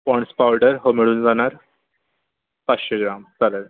Pond's powder हो मिळून जाणार पाचशे ग्रॅम चालेल